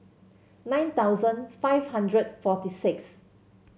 nine thousand five hundred forty six